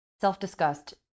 self-disgust